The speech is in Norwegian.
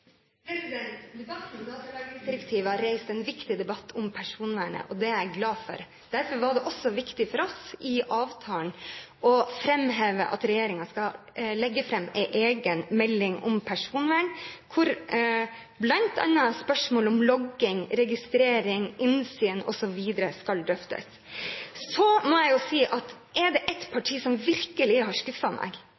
det? Debatten om datalagringsdirektivet har reist en viktig debatt om personvernet, og det er jeg glad for. Derfor var det også viktig for oss i avtalen å framheve at regjeringen skal legge fram en egen melding om personvern, hvor bl.a. spørsmålet om logging, registrering, innsyn osv. skal drøftes. Så må jeg jo si at er det